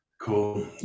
Cool